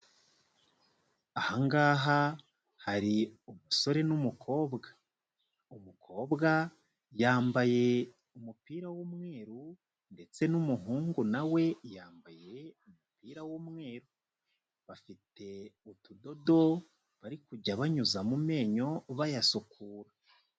Aha ngaha hari umusore n'umukobwa. Umukobwa yambaye umupira w'umweru ndetse n'umuhungu na we yambaye umupira w'umweru. Bafite utudodo bari kujya banyuza mu menyo bayasukura.